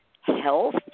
health